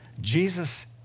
Jesus